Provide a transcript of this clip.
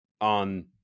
on